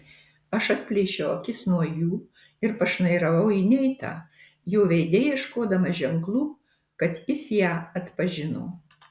aš atplėšiau akis nuo jų ir pašnairavau į neitą jo veide ieškodama ženklų kad jis ją atpažino